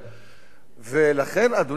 לכן, אדוני היושב-ראש, אני מריח,